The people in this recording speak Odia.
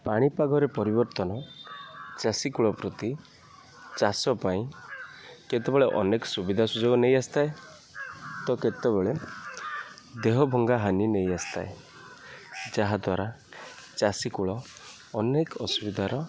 ପାଣିପାଗରେ ପରିବର୍ତ୍ତନ ଚାଷୀ କୂଳ ପ୍ରତି ଚାଷ ପାଇଁ କେତେବେଳେ ଅନେକ ସୁବିଧା ସୁଯୋଗ ନେଇଆସିଥାଏ ତ କେତେବେଳେ ଦେହ ଭଙ୍ଗା ହାନି ନେଇ ଆସିଥାଏ ଯାହାଦ୍ୱାରା ଚାଷୀ କୂଳ ଅନେକ ଅସୁବିଧାର